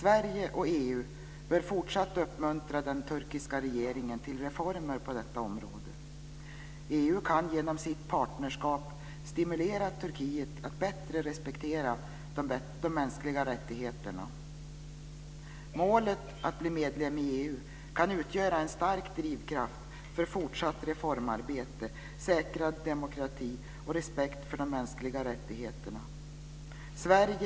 Sverige och EU bör fortsatt uppmuntra den turkiska regeringen till reformer på detta område. Målet att bli medlem i EU kan utgöra en stark drivkraft för fortsatt reformarbete, säkrad demokrati och respekt för de mänskliga rättigheterna.